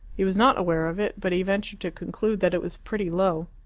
he was not aware of it, but he ventured to conclude that it was pretty, low.